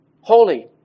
holy